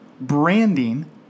branding